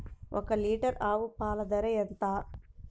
ఒక్క లీటర్ ఆవు పాల ధర ఎంత?